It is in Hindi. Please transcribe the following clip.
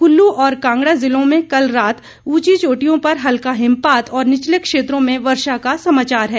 कुल्लू और कांगड़ा जिलों में कल रात उंची चोटियों पर हल्का हिमपात और निचले क्षेत्रों में वर्षा का समाचार है